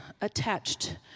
attached